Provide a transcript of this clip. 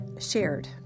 shared